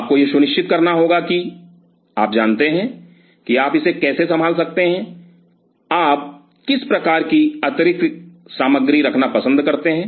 आपको यह सुनिश्चित करना होगा कि आप जानते हैं कि आप इसे कैसे संभाल सकते हैं आप किस प्रकार की अतिरिक्त सामग्री रखना पसंद करते हैं